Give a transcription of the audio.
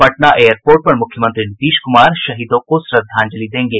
Patna airport पर मुख्यमंत्री नीतीश कुमार शहीदों को श्रद्वाजंलि देंगे